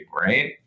right